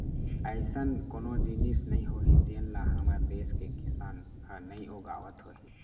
अइसन कोनो जिनिस नइ होही जेन ल हमर देस के किसान ह नइ उगावत होही